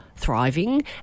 thriving